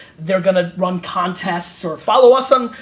they're gonna run contests or follow us on,